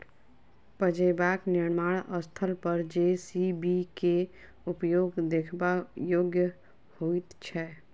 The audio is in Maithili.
पजेबाक निर्माण स्थल पर जे.सी.बी के उपयोग देखबा योग्य होइत छै